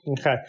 Okay